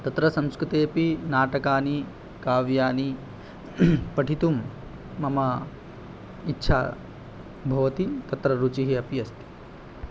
तत्र संस्कृतेपि नाटकानि काव्यानि पठितुं मम इच्छा भवति तत्र रुचिः अपि अस्ति